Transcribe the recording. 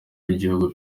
w’igihugu